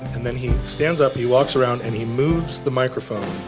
and then he stands up, he walks around, and he moves the microphone